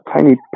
tiny